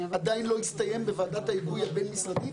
עדיין לא הסתיים בוועדת ההיגוי הבין משרדית.